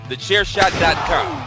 TheChairShot.com